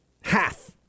half